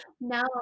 No